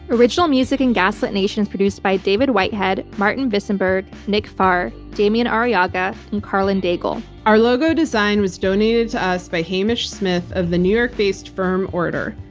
original music in gaslit nation is produced by david whitehead, martin visonberg, nick farr, demian arriaga and karlyn daigle. our logo design was donated to us by hamish smyth of the new york-based form, order.